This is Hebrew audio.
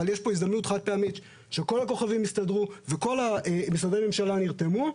אבל יש פה הזדמנות חד פעמית שכל הכוכבים הסתדרו וכל משרדי הממשלה נרתמו,